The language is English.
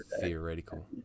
theoretical